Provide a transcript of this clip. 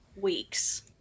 weeks